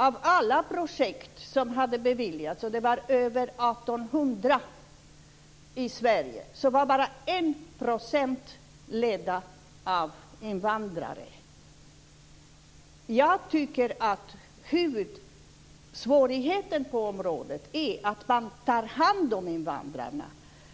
Av alla projekt som hade beviljats pengar - det var över 1 800 i Sverige - var bara 1 % ledda av invandrare. Jag tycker att huvudsvårigheten på området är att man tar hand om invandrarna